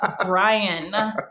Brian